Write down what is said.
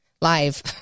live